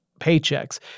paychecks